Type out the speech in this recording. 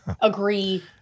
agree